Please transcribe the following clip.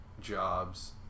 jobs